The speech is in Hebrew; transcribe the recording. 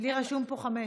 לי רשום פה חמש.